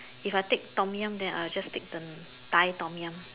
if I take Tom-Yum then I will just take the Thai Tom-Yum